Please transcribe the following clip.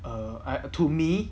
err I to me